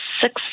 six